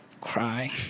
cry